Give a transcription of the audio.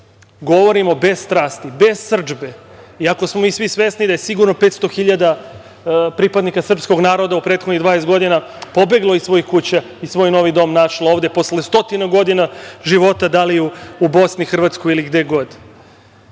govorimo bez strasti, bes srdžbe, iako smo svi mi svesni da je sigurno 500 hiljada pripadnika srpskog naroda u prethodnih 20 godina pobeglo iz svojih kuća i svoj novi dom našlo ovde posle stotinu godina života, da li u Bosni i Hrvatskoj ili gde god. Ja